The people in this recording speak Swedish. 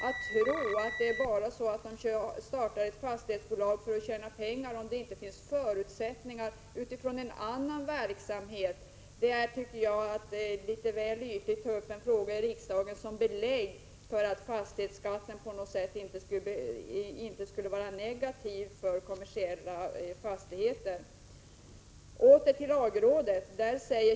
Att tro att Philipsons startar ett fastighetsbolag enbart för att tjäna pengar om det inte finns förutsättningar härför i en annan verksamhet tycker jag är att på ett litet väl ytligt sätt att i riksdagen söka ge belägg för att fastighetsskatten på något sätt inte skulle vara negativ för kommersiella fastigheter. Åter till lagrådet.